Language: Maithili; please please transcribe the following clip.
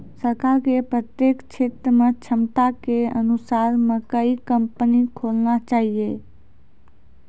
सरकार के प्रत्येक क्षेत्र मे क्षमता के अनुसार मकई कंपनी खोलना चाहिए?